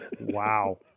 wow